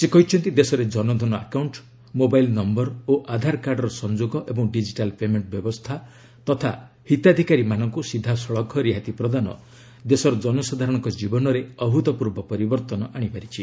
ସେ କହିଛନ୍ତି ଦେଶରେ ଜନଧନ ଆକାଉଷ୍ଟ ମୋବାଇଲ୍ ନମ୍ଭର ଓ ଆଧାରକାର୍ଡର ସଂଯୋଗ ଏବଂ ଡିଜିଟାଲ୍ ପେମେଣ୍ଟ ବ୍ୟବସ୍ଥା ତଥା ହିତାଧିକାରୀମାନଙ୍କୁ ସିଧାସଳଖ ରିହାତି ପ୍ରଦାନ ଦେଶର ଜନସାଧାରଣଙ୍କ ଜୀବନରେ ଅଭ୍ରୁତପୂର୍ବ ପରିବର୍ତ୍ତନ ଆଶିପାରିଛି